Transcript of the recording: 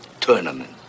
Tournament